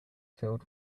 filled